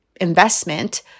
investment